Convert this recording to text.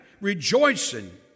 rejoicing